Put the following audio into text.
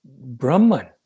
Brahman